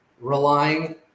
relying